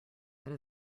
that